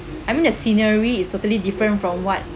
I mean the scenery is totally different from what